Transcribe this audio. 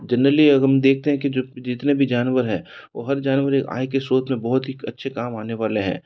generally अब हम देखते हैं कि जित जितने भी जानवर हैं वह हर जानवर एक आय के स्रोत में बोहौत ही एक अच्छे काम आने वाले हैं